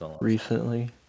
recently